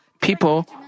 people